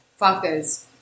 Fuckers